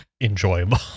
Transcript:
enjoyable